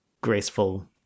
graceful